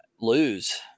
lose